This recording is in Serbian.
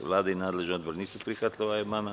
Vlada i nadležni odbor nisu prihvatili ovaj amandman.